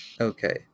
Okay